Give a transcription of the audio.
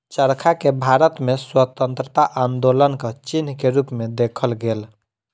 चरखा के भारत में स्वतंत्रता आन्दोलनक चिन्ह के रूप में देखल गेल